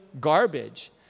garbage